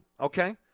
okay